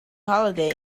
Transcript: holiday